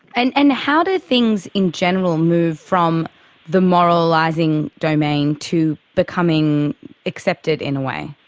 and and how do things in general move from the moralising domain to becoming accepted, in a way?